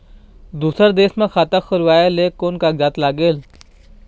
दूसर देश मा खाता खोलवाए ले कोन कागजात लागेल?